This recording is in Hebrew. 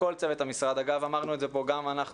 כל צוות המשרד ואמרנו את זה גם אנחנו